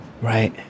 Right